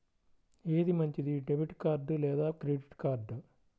ఏది మంచిది, debit card లేదా క్రెడిట్ కార్డ్?